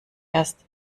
erst